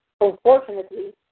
Unfortunately